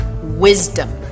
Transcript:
wisdom